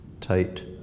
tight